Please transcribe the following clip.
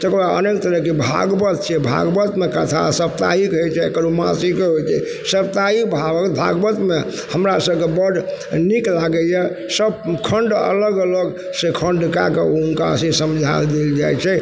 तकरबाद अनेक तरहके भागवत छै भागवतमे कथा साप्ताहिक होइ छै मासिक होइ छै साप्ताहिक भाग भागवतमे हमरा सबके बड्ड नीक लागइए सब खण्ड अलग अलग से खण्ड कएके हुनकासे समझा देल जाइ छै